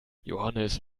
johannes